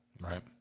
Right